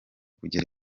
kugera